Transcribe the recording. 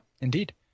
indeed